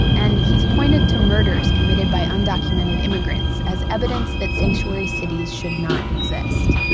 and he's pointed to murders committed by undocumented immigrants as evidence that sanctuary cities should not exist.